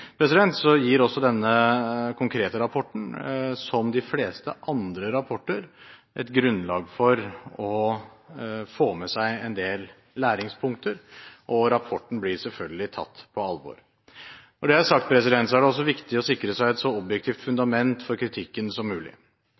gir også denne konkrete rapporten, som de fleste andre rapporter, et grunnlag for å få med seg en del læringspunkter, og rapporten blir selvfølgelig tatt på alvor. Når det er sagt, er det også viktig å sikre seg et så objektivt fundament for kritikken som mulig.